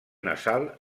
nasal